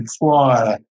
require